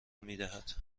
میدهد